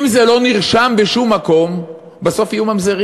אם זה לא נרשם בשום מקום, בסוף יהיו ממזרים.